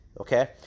okay